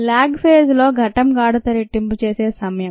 log phase లో ఘటం గాఢత రెట్టింపు చేసే సమయం